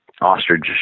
ostrich